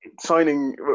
signing